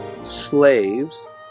slaves